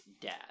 dad